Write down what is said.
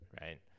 right